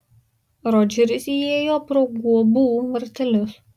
rodžeris įėjo pro guobų vartelius